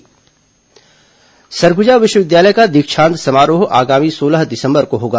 सरगुजा विवि दीक्षांत समारोह सरगुजा विश्वविद्यालय का दीक्षांत समारोह आगामी सोलह दिसंबर को होगा